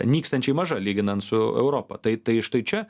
nykstančiai maža lyginant su europa tai tai štai čia